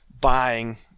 buying